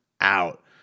out